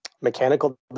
mechanical